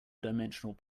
dimensional